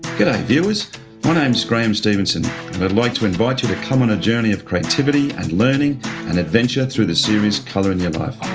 viewers my names graeme stevenson, and i'd like to invite you to come on a journey of creativity and learning and adventure through the series colour in your life.